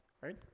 right